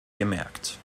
gemerkt